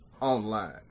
online